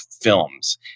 films